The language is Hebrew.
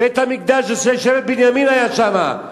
בית-המקדש, שבט בנימין היה שם.